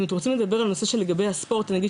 אני כן אגיד לגבי הנושא של הספורט הנגיש,